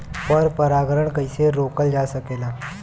पर परागन कइसे रोकल जा सकेला?